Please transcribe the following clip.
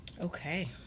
Okay